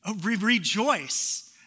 rejoice